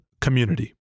community